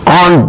on